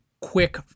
Quick